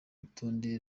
rutonde